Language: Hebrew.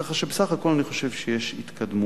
כך שבסך הכול אני חושב שיש התקדמות.